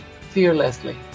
fearlessly